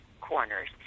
corners